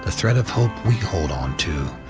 ah thread of hope we hold on to,